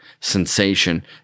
sensation